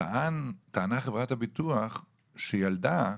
חברת הביטוח טענה, שילדה,